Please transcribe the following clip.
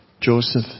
Joseph